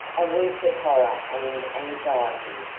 a week of horror and anxiety,